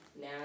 now